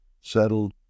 settled